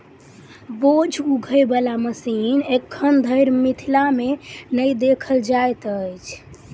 बोझ उघै बला मशीन एखन धरि मिथिला मे नहि देखल जाइत अछि